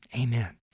Amen